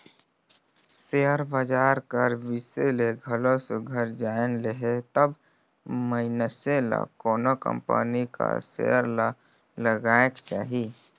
share बजार कर बिसे में घलो सुग्घर जाएन लेहे तब मइनसे ल कोनो कंपनी कर सेयर ल लगाएक चाही